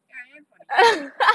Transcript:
ya I am funny